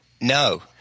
No